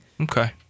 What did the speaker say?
Okay